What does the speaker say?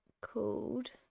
called